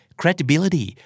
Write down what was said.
credibility